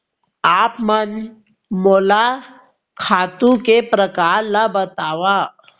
आप मन मोला खातू के प्रकार ल बतावव?